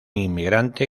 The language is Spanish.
inmigrante